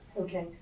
okay